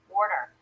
order